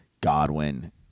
Godwin